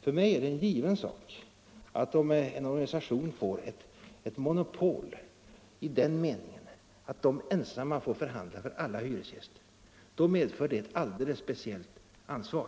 För mig är det givet att om en organisation får ett monopol i den meningen att den ensam får förhandla för alla hyresgäster, medför det ett speciellt ansvar.